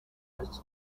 march